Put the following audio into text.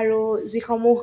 আৰু যিসমূহ